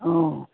ಹ್ಞೂ